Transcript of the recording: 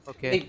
Okay